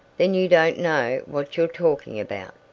then you don't know what you're talking about.